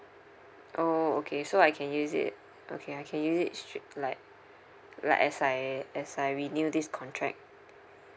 orh okay so I can use it okay I can use it straight like like as I as I renew this contract